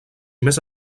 més